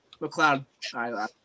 McLeod